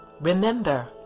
Remember